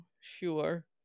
Sure